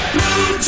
Blue